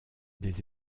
des